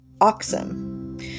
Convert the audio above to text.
oxen